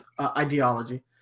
ideology